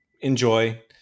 enjoy